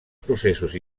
processos